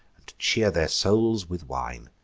and cheer their souls with wine.